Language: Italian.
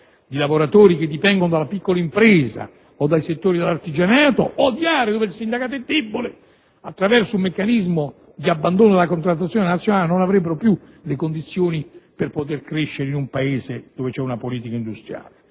di lavoratori, dipendenti delle piccole imprese, nei settori dell'artigianato o in aree dove il sindacato è debole, a seguito di un simile meccanismo di abbandono della contrattazione nazionale, non si troverebbero più nelle condizioni di poter crescere in un Paese dove c'è una politica industriale.